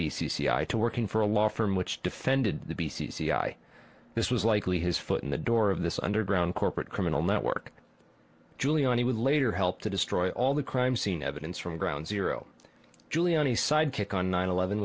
c i to working for a law firm which defended the b c c i this was likely his foot in the door of this underground corporate criminal network giuliani would later help to destroy all the crime scene evidence from ground zero giuliani sidekick on nine eleven